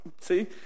see